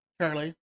charlie